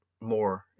more